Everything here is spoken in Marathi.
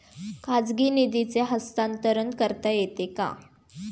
खाजगी निधीचे हस्तांतरण करता येते का?